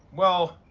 well,